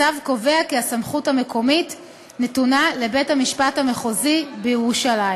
הצו קובע כי הסמכות המקומית נתונה לבית-המשפט המחוזי בירושלים.